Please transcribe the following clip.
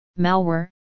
malware